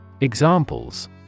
Examples